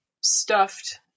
stuffed